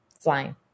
flying